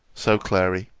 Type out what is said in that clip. so, clary!